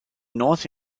north